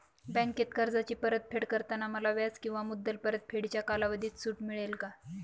बँकेत कर्जाची परतफेड करताना मला व्याज किंवा मुद्दल परतफेडीच्या कालावधीत सूट मिळेल का?